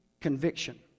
conviction